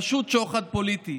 פשוט שוחד פוליטי.